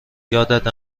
یادت